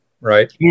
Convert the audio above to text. right